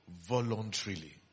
voluntarily